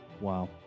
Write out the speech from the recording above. wow